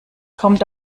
kommt